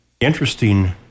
interesting